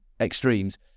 extremes